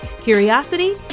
curiosity